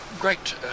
great